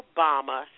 Obama